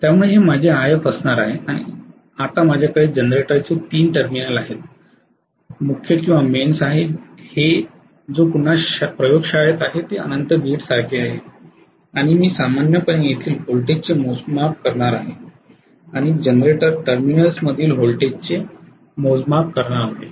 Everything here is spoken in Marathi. त्यामुळे हे माझं If असणार आहे आता माझ्याकडे जनरेटरचे तीन टर्मिनल आहेत आणि मुख्य किंवा मेन्स आहे जो पुन्हा प्रयोगशाळेत आहेत हे अनंत ग्रीड सारखे आहे आणि मी सामान्यपणे येथील व्होल्टेजचे मोजमाप करणार आहे आणि जनरेटर टर्मिनल्समधील व्होल्टेजचे मोजमाप करणार आहे